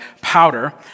powder